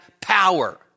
power